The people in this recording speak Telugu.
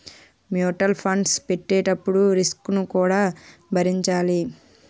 మ్యూటల్ ఫండ్స్ పెట్టేటప్పుడు రిస్క్ ను కూడా భరించాలి